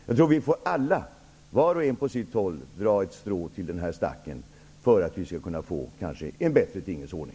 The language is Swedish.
Jag tror att vi alla, var och en på sitt håll, får dra ett strå till den här stacken för att vi skall få en bättre tingens ordning.